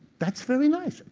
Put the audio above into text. that's very nice.